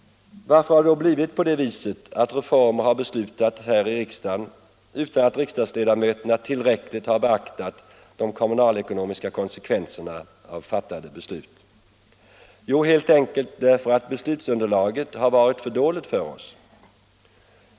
Varför har det då blivit på det viset, att reformer har beslutats här i riksdagen utan att riksdagsledamöterna tillräckligt har beaktat de kommunalekonomiska konsekvenserna av fattade beslut? Jo, helt enkelt därför att beslutsunderlaget har varit för dåligt.